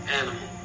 animal